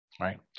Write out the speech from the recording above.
Right